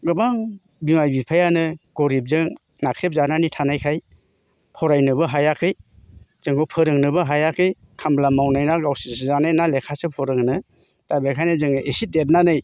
गोबां बिमा बिफायानो गरिबजों नाख्रेबजानानै थानायखाय फरायनोबो हानाखै जोंखौ फोरोंनोबो हायाखै खामला मावनायना गावसोसो जानायना लेखासो फोरोंनो दा बोखायनो जोङो एसे देरनानै